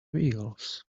wheels